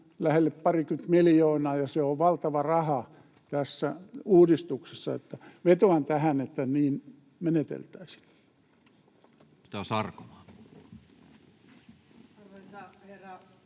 lähelle parikymmentä miljoonaa. Se on valtava raha tässä uudistuksessa. Vetoan tähän, että niin meneteltäisiin.